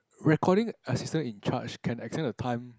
recording assistant in charge can extend the time